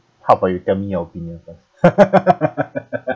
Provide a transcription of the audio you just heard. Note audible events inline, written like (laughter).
how about you tell me your opinion first (laughs)